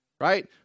right